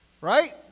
right